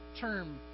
term